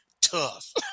Tough